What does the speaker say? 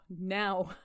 now